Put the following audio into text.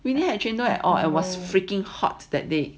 we didn't actually not at all it was freaking hot that day